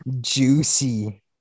juicy